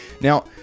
now